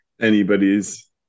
anybody's